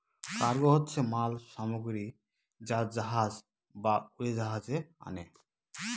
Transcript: cargo হচ্ছে মাল সামগ্রী যা জাহাজ বা উড়োজাহাজে আনে